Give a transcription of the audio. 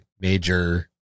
major